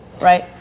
right